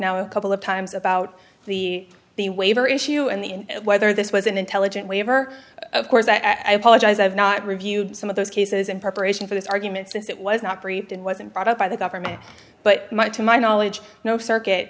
now a couple of times about the the waiver issue and whether this was an intelligent waiver of course i apologize i've not reviewed some of those cases in preparation for this argument since it was not briefed and wasn't brought up by the government but my to my knowledge no circuit